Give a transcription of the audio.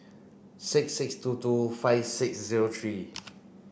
six six two two five six zero three